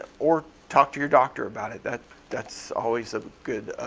or talk to your doctor about it. that's that's always a good